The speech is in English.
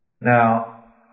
Now